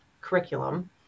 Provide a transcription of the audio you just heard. curriculum